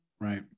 Right